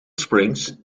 springs